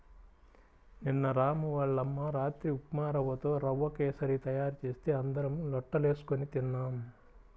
నిన్న రాము వాళ్ళ అమ్మ రాత్రి ఉప్మారవ్వతో రవ్వ కేశరి తయారు చేస్తే అందరం లొట్టలేస్కొని తిన్నాం